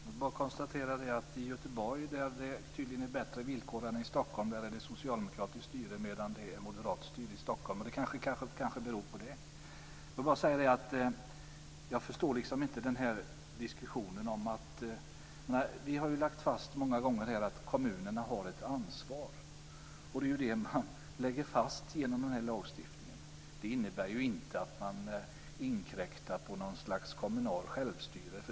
Fru talman! Jag konstaterar bara att det i Göteborg tydligen är bättre villkor än i Stockholm. Där är det socialdemokratiskt styre, medan det är moderat styre i Stockholm. Det kanske beror på det. Jag förstår liksom inte den här diskussionen. Vi har ju lagt fast många gånger här att kommunerna har ett ansvar. Det är det man lägger fast genom den här lagstiftningen. Det innebär inte att man inkräktar på något slags kommunalt självstyre.